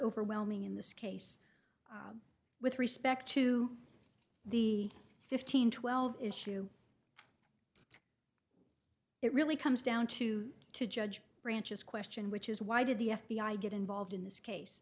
overwhelming in this case with respect to the fifteen twelve issue it really comes down to to judge branch's question which is why did the f b i get involved in this case